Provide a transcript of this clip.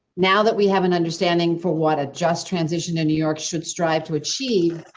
now that we have an understanding for what adjust transition in new york should strive to achieve,